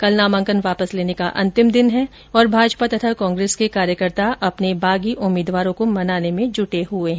कल नामांकन वापस लेने का अंतिम दिन है तथा भाजपा और कांग्रेस के कार्यकर्ता अपने बागी उम्मीदवारों को मनाने में जुटे हैं